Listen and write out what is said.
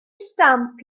stamp